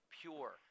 pure